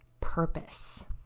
purpose